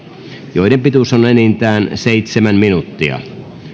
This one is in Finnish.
joiden pituus on enintään seitsemän minuuttia